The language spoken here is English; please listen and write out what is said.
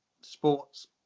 sports